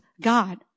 God